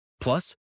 Plus